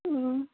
ꯎꯝ